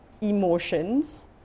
emotions